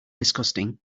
disgusting